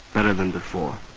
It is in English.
better than before.